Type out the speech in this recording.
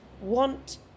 want